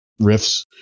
riffs